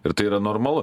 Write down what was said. ir tai yra normalu